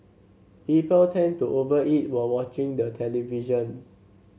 people tend to over eat while watching the television